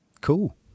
Cool